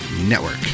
Network